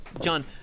John